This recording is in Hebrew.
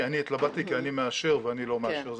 אני התלבטתי כי אני מאשר ואני לא מאשר,